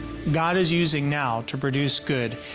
god is using now to produce good.